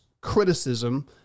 criticism